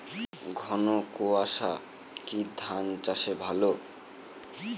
ঘন কোয়াশা কি গম চাষে ভালো?